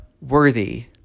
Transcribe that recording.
worthy